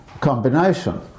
combination